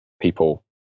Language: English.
people